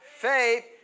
Faith